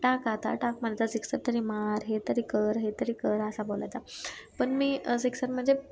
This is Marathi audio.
टाक आता टाक मार जा सिक्सर तरी मार हे तरी कर हे तरी कर असा बोलायचा पण मी सिक्सर म्हणजे